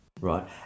right